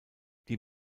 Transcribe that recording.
die